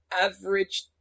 Average